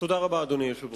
תודה רבה, אדוני היושב-ראש.